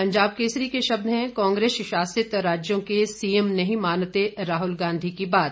पंजाब केसरी के शब्द हैं कांग्रेस शासित राज्यों के सीएम नहीं मानते राहुल गांधी की बात